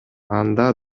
анда